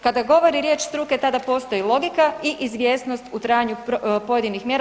Kada govori riječ struke tada postoji logika i izvjesnost u trajanju pojedinih mjera.